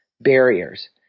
barriers